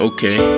Okay